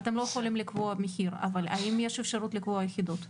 אתם לא יכולים לקבוע מחיר אבל האם יש אפשרות לקבוע יחידות,